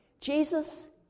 Jesus